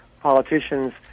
politicians